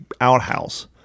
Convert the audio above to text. outhouse